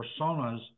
personas